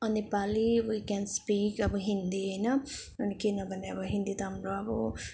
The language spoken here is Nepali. a Nepali we can speak अब हिन्दी होइन किनभने अब हिन्दी त हाम्रो अब